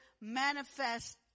manifest